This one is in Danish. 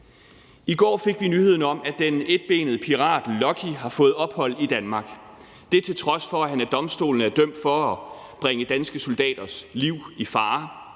I går fik vi nyheden om, at den etbenede pirat Lucky har fået ophold i Danmark, til trods for at han af domstolen er dømt for at bringe danske soldaters liv i fare.